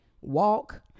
walk